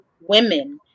women